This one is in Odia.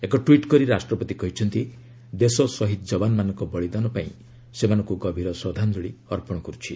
ଏକ ଟ୍ୱିଟ୍ କରି ରାଷ୍ଟ୍ରପତି କହିଛନ୍ତି ଦେଶ ସହିଦ ଯବାନମାନଙ୍କ ବଳିଦାନ ପାଇଁ ସେମାନଙ୍କୁ ଗଭୀର ଶ୍ରଦ୍ଧାଞ୍ଚଳୀ ଅର୍ପଣ କରୁଛି